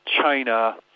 China